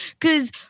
Cause